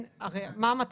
לא, יש הבדל, הרי מה המטרה?